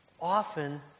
often